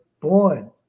born